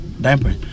diaper